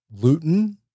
gluten